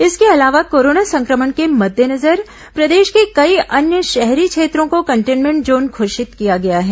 इसके अलावा कोरोना संक्रमण के मद्देनजर प्रदेश के कई अन्य शहरी क्षेत्रों को कंटेनमेंट जोन घोषित किया गया है